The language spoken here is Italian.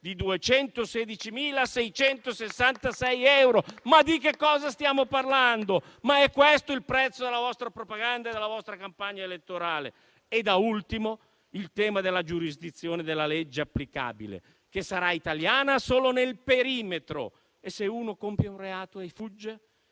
di 216.666 euro. Ma di che cosa stiamo parlando? Ma è questo il prezzo della vostra propaganda e della vostra campagna elettorale? Da ultimo, vi è il tema della giurisdizione e della legge applicabile, che sarà italiana solo nel perimetro. E se uno compie un reato e fugge?